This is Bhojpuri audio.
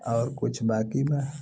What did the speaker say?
और कुछ बाकी बा?